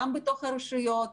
גם בתוך הרשויות.